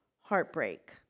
heartbreak